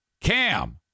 Cam